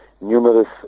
Numerous